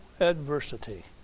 adversity